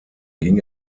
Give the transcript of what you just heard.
ging